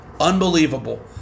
Unbelievable